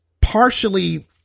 partially